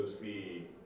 see